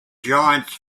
giants